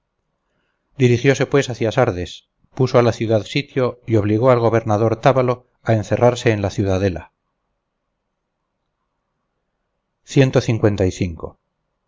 dirigióse pues hacia sardes puso a la ciudad sitio y obligó al gobernador tábalo a encerrarse en la ciudadela